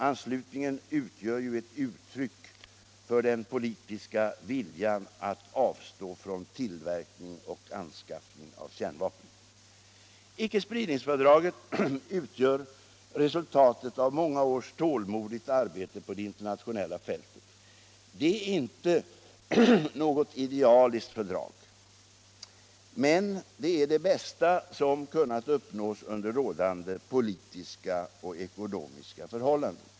Anslutningen utgör ju ett uttryck för den politiska viljan att avstå från tillverkning och anskaffning av kärnvapen. Icke-spridningsfördraget utgör resultatet av många års tålmodigt arbete på det internationella fältet. Det är inte något idealiskt fördrag, men det är det bästa som kunnat uppnås under rådande politiska och ekonomiska förhållanden.